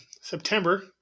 September